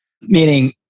Meaning